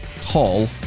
tall